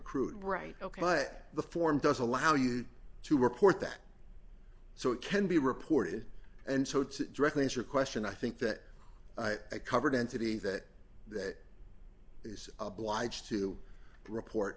d right ok but the form does allow you to report that so it can be reported and so to directly as your question i think that i covered entity that that is obliged to report